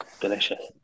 Delicious